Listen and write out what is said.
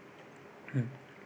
mm